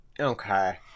Okay